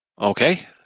okay